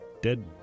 dead